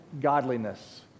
godliness